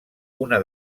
una